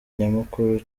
nyamukuru